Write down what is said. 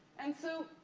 and, so,